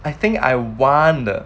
I think I want